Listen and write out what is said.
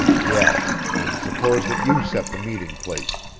yes and suppose that you set the meeting place,